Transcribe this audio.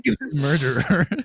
murderer